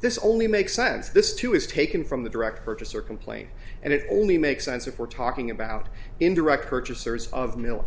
this only makes sense this too is taken from the direct purchaser complaint and it only makes sense if we're talking about indirect purchasers of mi